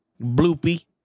Bloopy